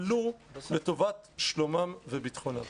ולו לטובת שלומם וביטחונם.